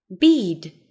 bead